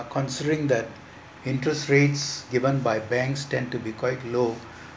considering that interest rates given by banks tend to be quite low